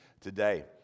today